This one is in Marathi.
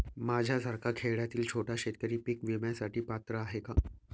माझ्यासारखा खेड्यातील छोटा शेतकरी पीक विम्यासाठी पात्र आहे का?